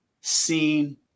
seen